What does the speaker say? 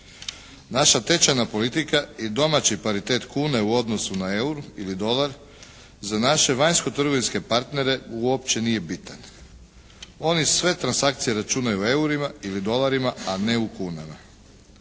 Naša tečajna politika i domaći paritet kune u odnosu na eur ili dolar za naše vanjsko trgovinske partnere uopće nije bitan. Oni sve transakcije računaju u eurima ili dolarima, a ne u kunama.